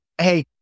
hey